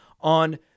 on